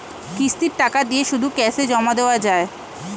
কিস্তির টাকা দিয়ে শুধু ক্যাসে জমা দেওয়া যায়?